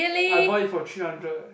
I bought it for three hundred